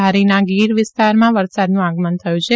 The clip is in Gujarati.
ધારીના ગીર વિસ્તારમાં વરસાદનું આગમન થયું છે